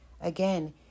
Again